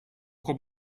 con